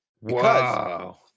wow